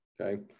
okay